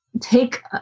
take